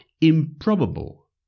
improbable